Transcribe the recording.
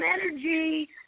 energy